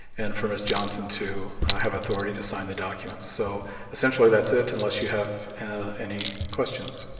and for miss johnson to have authority to sign the documents. so essentially that's it, unless you have any questions